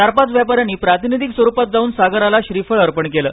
चार पाच व्यापाऱ्यांनी प्रातिनिधिक स्वरूपात जाऊन सागराला श्रीफळ अर्पण केलं